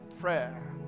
prayer